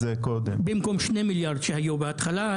במקום 2 מיליארד ₪ שהיו בהתחלה.